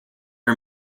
are